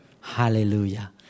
Hallelujah